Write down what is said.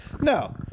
No